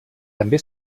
també